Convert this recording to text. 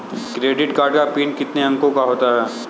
Credit card का PIN कितने अंकों का होता है?